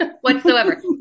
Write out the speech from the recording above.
whatsoever